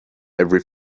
every